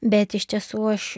bet iš tiesų aš